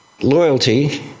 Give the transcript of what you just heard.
loyalty